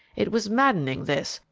it was maddening, this,